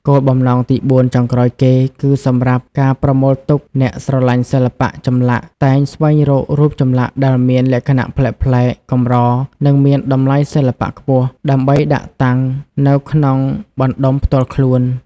គោលបំណងទីបួនចុងក្រោយគេ គឺសម្រាប់ ការប្រមូលទុក អ្នកស្រឡាញ់សិល្បៈចម្លាក់តែងស្វែងរករូបចម្លាក់ដែលមានលក្ខណៈប្លែកៗ កម្រ និងមានតម្លៃសិល្បៈខ្ពស់ ដើម្បីដាក់តាំងនៅក្នុងបណ្ដុំផ្ទាល់ខ្លួន។